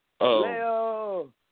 Leo